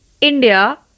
India